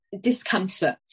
discomfort